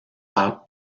par